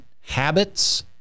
Habits